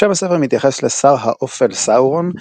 שם הספר מתייחס לשר האופל סאורון,